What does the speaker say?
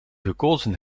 gekozen